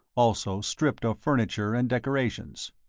also stripped of furniture and decorations.